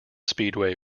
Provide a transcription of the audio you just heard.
speedway